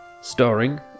Starring